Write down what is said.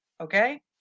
okay